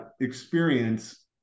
experience